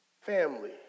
family